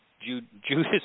Judas